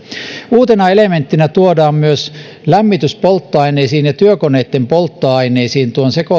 uutena elementtinä tuodaan sekoitevelvoite myös lämmityspolttoaineisiin ja työkoneitten polttoaineisiin